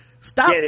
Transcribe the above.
stop